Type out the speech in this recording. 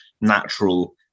natural